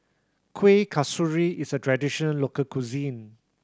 Kuih Kasturi is a traditional local cuisine